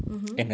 mmhmm